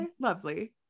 lovely